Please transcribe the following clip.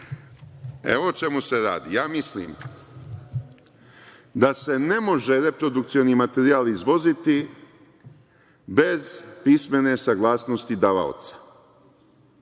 Evo o čemu se radi. Ja mislim da se ne može reprodukcioni materijal izvoziti bez pismene saglasnosti davaoca.